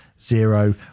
zero